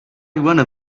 wanted